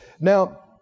Now